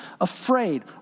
afraid